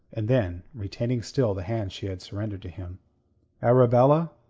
and then, retaining still the hand she had surrendered to him arabella,